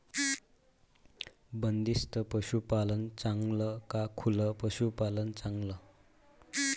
बंदिस्त पशूपालन चांगलं का खुलं पशूपालन चांगलं?